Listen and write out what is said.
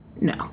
no